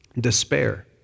despair